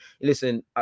listen